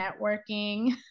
networking